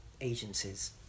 agencies